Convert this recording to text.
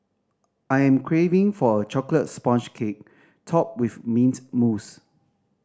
I am craving for a chocolate sponge cake topped with mint mousse